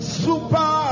super